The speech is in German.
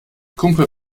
kumpel